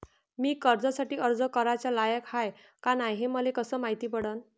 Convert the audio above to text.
मी कर्जासाठी अर्ज कराचा लायक हाय का नाय हे मले कसं मायती पडन?